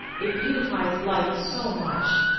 it beautifies life so much.